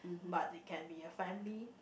but it can be a family